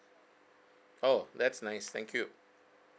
oh that's nice thank you